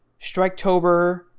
Striketober